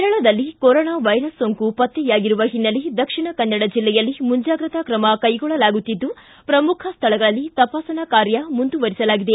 ಕೇರಳದಲ್ಲಿ corona virus ಸೋಂಕು ಪತ್ತೆಯಾಗಿರುವ ಹಿನ್ನೆಲೆ ದಕ್ಷಿಣ ಕನ್ನಡ ಜಿಲ್ಲೆಯಲ್ಲಿ ಮುಂಜಾಗ್ರತಾ ಕ್ರಮ ಕೈಗೊಳ್ಳಲಾಗುತ್ತಿದ್ದು ಪ್ರಮುಖ ಸ್ವಳಗಳಲ್ಲಿ ತಪಾಸಣಾ ಕಾರ್ಯ ಮುಂದುವರಿಸಲಾಗಿದೆ